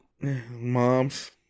Moms